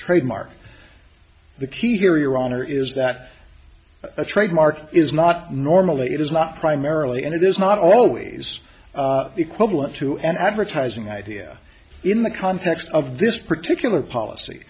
trademark the key here your honor is that a trademark is not normally it is not primarily and it is not always equivalent to an advertising idea in the context of this particular policy